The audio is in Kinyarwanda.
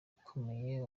ikomeye